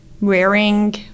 wearing